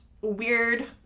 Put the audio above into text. weird